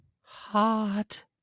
hot